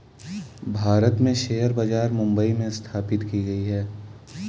भारत में शेयर बाजार मुम्बई में स्थापित की गयी है